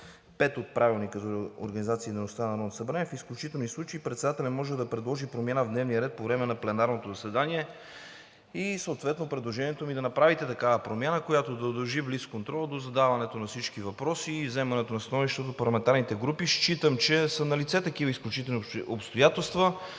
дейността на Народното събрание: „В изключителни случаи председателят може да предложи промяна в дневния ред по време на пленарното заседание.“ И съответно предложението ми е да направите такава промяна, която да удължи блицконтрола до задаването на всички въпроси и вземането на становища от парламентарните групи. Считам, че са налице такива изключителни обстоятелства,